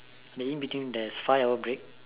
maybe in between there's five hour break